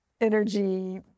energy